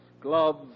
gloves